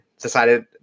decided